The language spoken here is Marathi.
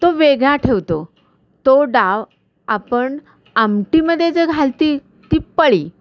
तो वेगळा ठेवतो तो डाव आपण आमटीमध्ये जी घालतो ती पळी